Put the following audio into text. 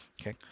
Okay